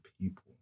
people